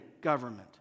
government